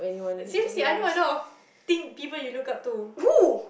seriously I know a lot of thin people you look up to